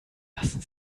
lassen